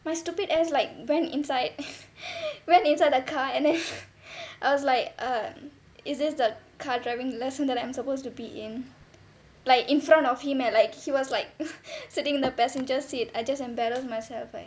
my stupid ass like went inside went inside the car and then I was like err is this the car driving lesson that I'm supposed to be in like in front of him leh like he was like sitting in the passenger seat I just embarrassed myself like